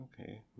okay